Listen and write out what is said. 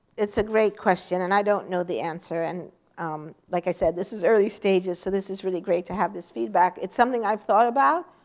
it's a great question, and i don't know the answer. and um like i said, this is early stages. so this is really great to have this feedback it's something i've thought about,